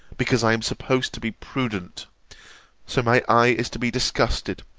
because i am supposed to be prudent so my eye is to be disgusted,